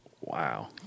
Wow